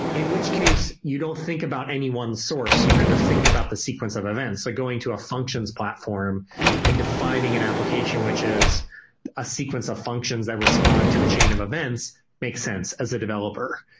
in which case you don't think about any one source. you kind of think about the sequence of events, like going to a functions platform and defining an application which is a sequence of functions that respond to a chain of events makes sense as a developer.